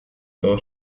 todo